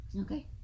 Okay